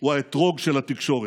הוא האתרוג של התקשורת.